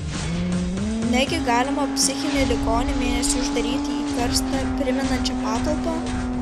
negi galima psichinį ligonį mėnesiui uždaryti į karstą primenančią patalpą